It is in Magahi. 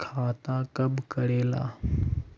खाता कब करेला?